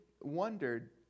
wondered